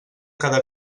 cada